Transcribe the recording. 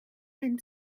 and